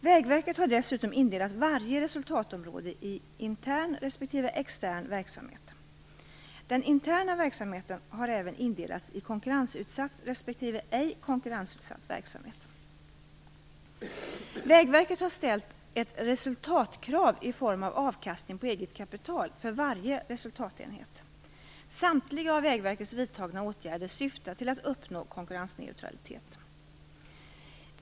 Vägverket har dessutom indelat varje resultatområde i intern respektive extern verksamhet. Den interna verksamheten har även indelats i konkurrensutsatt respektive ej-konkurrensutsatt verksamhet. Vägverket har ställt ett resultatkrav i form av avkastning på eget kapital för varje resultatenhet. Samtliga av Vägverket vidtagna åtgärder syftar till att uppnå konkurrensneutralitet.